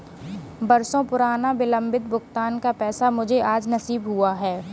बरसों पुराना विलंबित भुगतान का पैसा मुझे आज नसीब हुआ है